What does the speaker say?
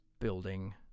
building